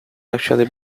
actually